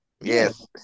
Yes